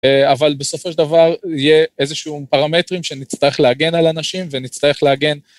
אבל בסופו של דבר יהיה איזשהו פרמטרים שנצטרך להגן על אנשים, ונצטרך להגן...